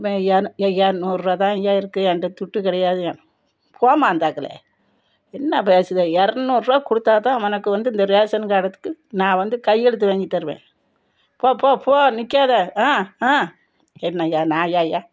ஐயா நூறுபா தான்யா இருக்கு ஏன்ட துட்டு கிடையாதயா போம்மா அந்தாக்குல என்ன பேசுத இரநூறுவா கொடுத்தா தான் உனக்கு வந்து இந்த ரேஷன் கார்டுதுக்கு நான் வந்து கையெழுத்து வாங்கி தருவேன் போ போ போ நிற்காத ஆ ஆ என்னயா நாயாயா